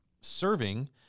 serving